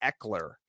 Eckler